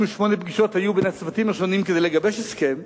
288 פגישות היו בין הצוותים השונים כדי לגבש הסכם,